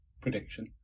prediction